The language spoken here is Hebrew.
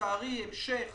לצערי בהמשך